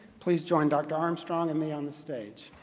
please join dr. armstrong and me on the stage.